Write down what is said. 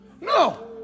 No